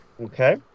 Okay